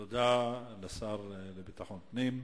תודה לשר לביטחון פנים.